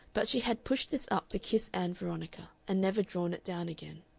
but she had pushed this up to kiss ann veronica and never drawn it down again.